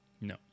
No